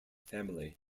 family